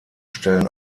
stellen